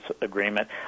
agreement